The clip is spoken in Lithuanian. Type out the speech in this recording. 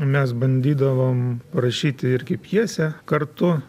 mes bandydavom rašyti irgi pjesę kartu